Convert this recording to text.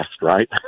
right